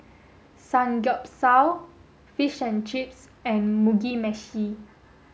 Samgeyopsal Fish and Chips and Mugi Meshi